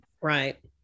Right